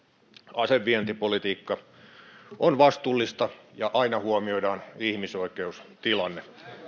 asevientipolitiikka on vastuullista ja aina huomioidaan ihmisoikeustilanne